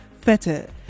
feta